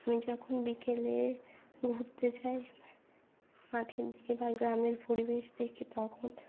আমি যখন বিকেলে ঘুরতে যাই মাঠের দিকে বা গ্রামের পরিবেশ দেখে তখন